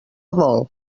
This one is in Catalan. vol